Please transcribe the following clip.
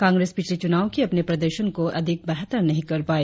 कांग्रेस पिछले चुनाव के अपने प्रदर्शन को अधिक बेहतर नहीं कर पाई